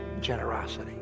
generosity